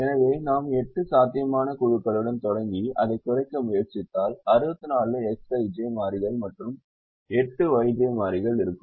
எனவே நாம் 8 சாத்தியமான குழுக்களுடன் தொடங்கி அதைக் குறைக்க முயற்சித்தால் 64Xij மாறிகள் மற்றும் 8Yj மாறிகள் இருக்கும்